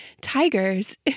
Tigers